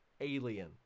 alien